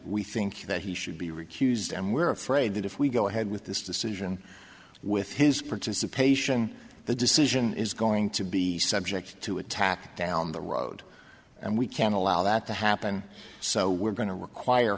we think that he should be recused and we're afraid that if we go ahead with this decision with his participation the decision is going to be subject to attack down the road and we can't allow that to happen so we're going to require